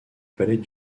palais